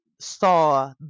saw